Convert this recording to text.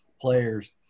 players